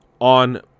on